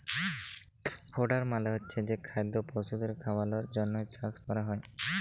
fodder মালে হচ্ছে যে খাদ্য পশুদের খাওয়ালর জন্হে চাষ ক্যরা হ্যয়